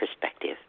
perspective